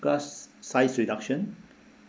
class size reduction